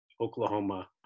Oklahoma